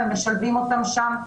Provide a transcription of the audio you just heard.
ומשלבים אותם שם.